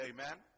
Amen